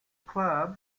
club